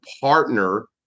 partner